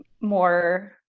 more